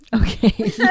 Okay